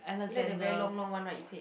you like the very long long one right you said